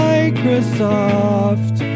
Microsoft